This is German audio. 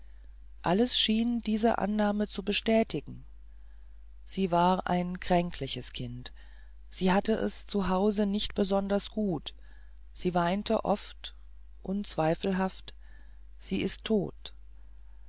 alles schien diese annahme zu bestätigen sie war ein kränkliches kind sie hatte es zu hause nicht besonders gut sie weinte oft unzweifelhaft sie ist tot